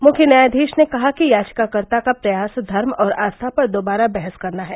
मुख्य न्यायाधीश ने कहा कि याचिकाकर्ता का प्रयास धर्म और आस्था पर दोबारा बहस करना है